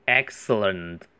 excellent